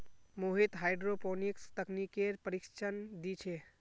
Mohit hydroponics तकनीकेर प्रशिक्षण दी छे